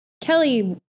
Kelly